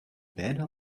bijna